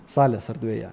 salės erdvėje